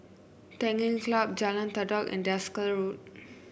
Tanglin Club Jalan Todak and Desker Road